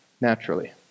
naturally